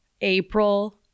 april